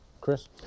Chris